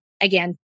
again